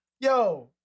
Yo